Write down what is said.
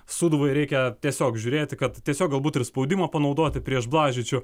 sūduvai reikia tiesiog žiūrėti kad tiesiog galbūt ir spaudimą panaudoti prieš blažičių